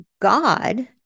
God